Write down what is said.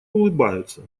улыбаются